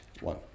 one